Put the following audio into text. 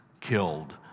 killed